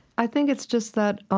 i think it's just that,